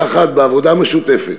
יחד, בעבודה משותפת,